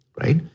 right